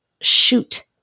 Shoot